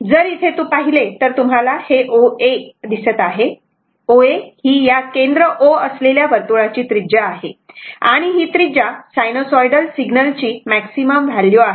जर इथे पाहिले तर तुम्हाला हे OA दिसत आहे तेव्हा OA ही या केंद्र 'O' असलेल्या वर्तुळाची त्रिज्या आहे आणि ही त्रिज्या सायनोसॉइडल सिग्नल ची मॅक्सिमम व्हॅल्यू आहे